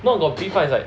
not got beef lah is like